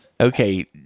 Okay